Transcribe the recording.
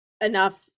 enough